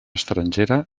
estrangera